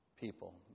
people